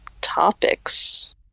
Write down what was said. topics